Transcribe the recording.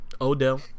Odell